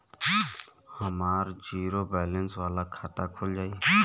हमार zero balance वाला खाता खुल जाई?